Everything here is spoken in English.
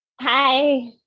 Hi